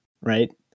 right